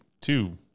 two